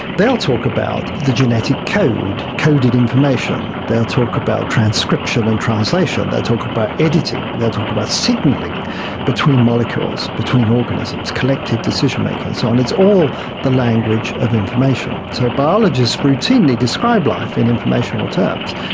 they'll talk about the genetic code, coded information, they'll talk about transcription and translation, they'll talk about editing, they'll talk about signalling between molecules, between organisms, collective decision-making and so on. it's all the language of information. so biologists routinely describe life in informational terms,